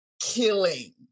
killing